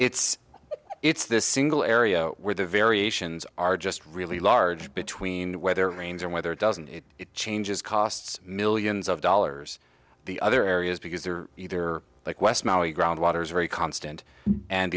it's it's this single area where the variations are just really large between whether rains or whether it doesn't it changes costs millions of dollars the other areas because they're either like west maui groundwater is very constant and